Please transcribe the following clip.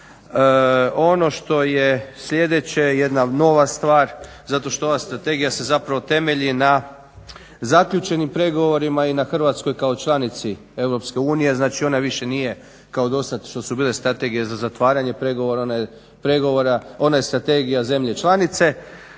Ono što je sljedeće jedna nova stvar zato što se ova strategija temelji na zaključenim pregovorima i na Hrvatskoj kao članici EU znači ona više nije kao do sada što su bile strategije za zatvaranje pregovora, ona je strategije zemlje članice.